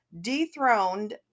dethroned